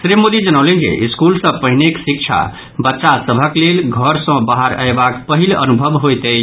श्री मोदी जनौलनि जे स्कूल सँ पहिनेक शिक्षा बच्चा सभक लेल घर सऽ बाहर अयबाक पहिल अनुभव होयत अछि